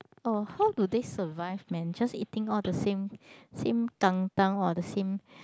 oh how do they survive man just eating all the same same kantang or the same